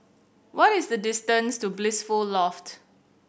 what is the distance to Blissful Loft